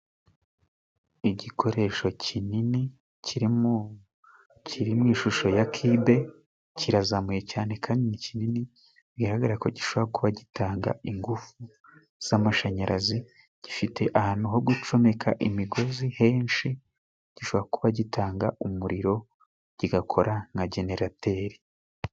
Igikoresho kinini kiri mu shusho ya kibe， kirazamuye cyane， kandi ni kinini， bigaragara ko gishobora kuba gitanga ingufu z'amashanyarazi，gifite ahantu ho gucomeka imigozi henshi，gishobora kuba gitanga umuriro kigakora nka generateri.